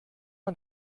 man